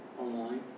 online